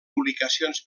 publicacions